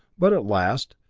but at last,